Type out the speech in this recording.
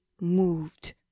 moved